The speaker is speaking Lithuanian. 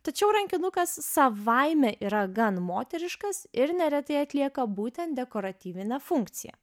tačiau rankinukas savaime yra gan moteriškas ir neretai atlieka būtent dekoratyvinę funkciją